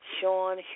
Sean